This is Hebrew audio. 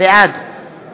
בעד